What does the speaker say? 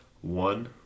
one